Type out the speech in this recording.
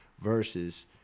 versus